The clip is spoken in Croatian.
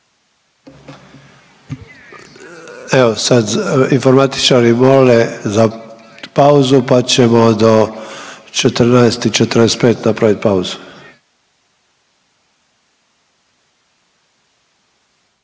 Evo sad informatičari mole za pauzu, pa ćemo do 14,45 napravit pauzu.